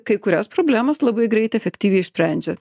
kai kurias problemas labai greitai efektyviai išsprendžia